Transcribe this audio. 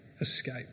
escape